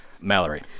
Mallory